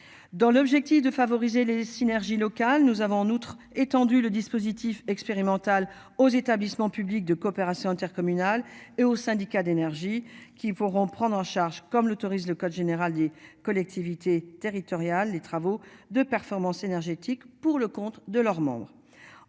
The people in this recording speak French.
Dans l'objectif de favoriser les synergies locales, nous avons en outre étendu le dispositif expérimental aux établissements publics de coopération intercommunale et au syndicats d'énergie qui pourront prendre en charge comme l'autorise le code général des collectivités territoriales, les travaux de performance énergétique pour le compte de leurs membres